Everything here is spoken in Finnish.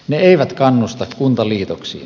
ne eivät kannusta kuntaliitoksiin